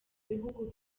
bihugu